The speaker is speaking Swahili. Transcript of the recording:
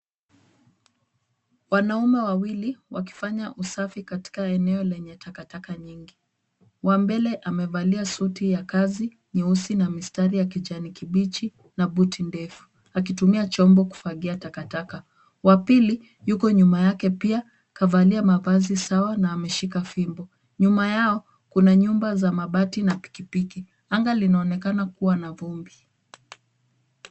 Wanaume wawili wakifanya usafi katika eneo lenye takataka nyingi. Wa mbele amevalia suti ya kazi nyeusi na mistari ya kijani kibichi na buti ndefu akitumia chombo kufagia takataka. Wa pili yuko nyuma yake pia kavalia mavazi sawa na ameshika fimbo. Nyuma yao kuna nyumba za mabati na pikipiki. Anga linaonekana kuwa na vumbi.